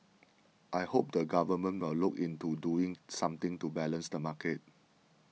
I hope the government will look into doing something to balance the market